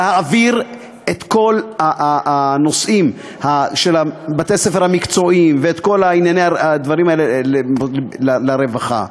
להעביר את כל הנושאים של בתי-הספר המקצועיים ואת כל הדברים האלה לרווחה.